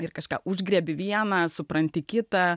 ir kažką užgriebė vieną supranti kitą